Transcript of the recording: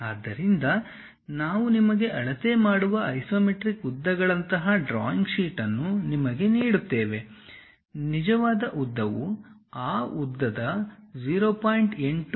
ಆದ್ದರಿಂದ ನಾವು ನಿಮಗೆ ಅಳತೆ ಮಾಡುವ ಐಸೊಮೆಟ್ರಿಕ್ ಉದ್ದಗಳಂತಹ ಡ್ರಾಯಿಂಗ್ ಶೀಟ್ ಅನ್ನು ನಿಮಗೆ ನೀಡುತ್ತೇವೆ ನಿಜವಾದ ಉದ್ದವು ಆ ಉದ್ದದ 0